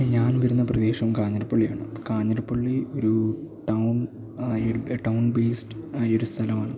ഞാൻ വരുന്ന പ്രദേശം കാഞ്ഞിരപ്പള്ളിയാണ് കാഞ്ഞിരപ്പള്ളി ഒരു ടൗൺ ടൗൺ ബെയ്സ്ഡ് ആയൊരു സ്ഥലമാണ്